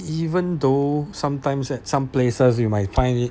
even though sometimes at some places you might find it